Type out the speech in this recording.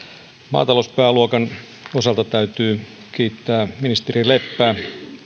maatalouspääluokan osalta täytyy kiittää ministeri leppää